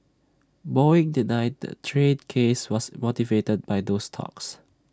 boeing denied the trade case was motivated by those talks